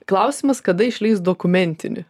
klausimas kada išleis dokumentinį